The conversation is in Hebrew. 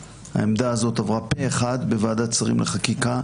העמדה הזאת עברה פה אחד בוועדת שרים לחקיקה,